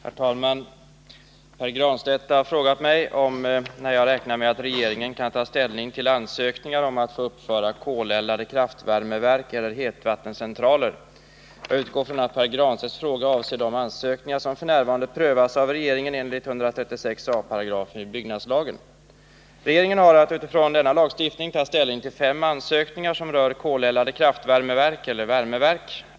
Herr talman! Pär Granstedt har frågat mig när jag räknar med att regeringen kan ta ställning till ansökningar om att få uppföra koleldade kraftvärmeverk eller hetvattencentraler. Jag utgår från att Pär Granstedts fråga avser de ansökningar som f.n. prövas av regeringen enligt 136 a § byggnadslagen. Regeringen har att utifrån denna lagstiftning ta ställning till fem ansökningar som rör koleldade kraftvärmeverk eller värmeverk.